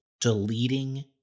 deleting